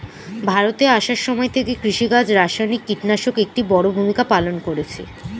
ভারতে আসার সময় থেকে কৃষিকাজে রাসায়নিক কিটনাশক একটি বড়ো ভূমিকা পালন করেছে